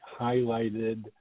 highlighted